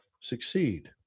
succeed